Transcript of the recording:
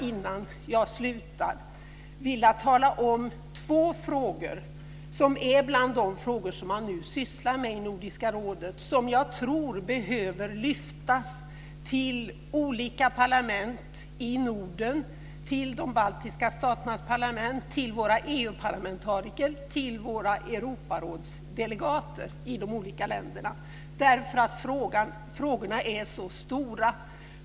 Innan jag slutar vill jag tala om två frågor som man nu sysslar med i Nordiska rådet som jag tror behöver lyftas till olika parlament i Norden, till de baltiska staternas parlament, till våra EU parlamentariker och till våra Europarådsdelegater i de olika länderna eftersom de frågorna är så stora.